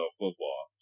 football